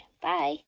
Bye